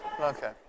Okay